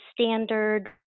standard